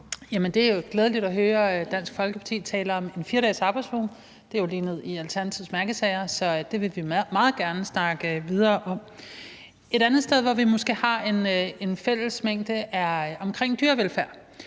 Det er jo glædeligt at høre Dansk Folkeparti tale om en 4-dagesarbejdsuge. Det er jo lige ned i Alternativets mærkesager, så det vil vi meget gerne snakke videre om. Et andet sted, hvor vi måske har en fællesmængde, er omkring dyrevelfærd.